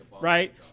right